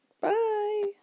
Bye